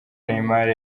neymar